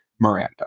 Miranda